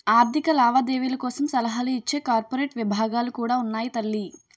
ఆర్థిక లావాదేవీల కోసం సలహాలు ఇచ్చే కార్పొరేట్ విభాగాలు కూడా ఉన్నాయి తల్లీ